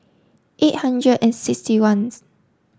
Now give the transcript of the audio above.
eight hundred and sixty ones